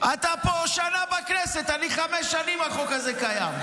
אתה פה שנה בכנסת, אני, חמש שנים החוק הזה קיים.